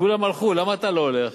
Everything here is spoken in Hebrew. כולם הלכו, למה אתה לא הולך?